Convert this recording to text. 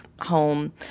home